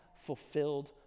fulfilled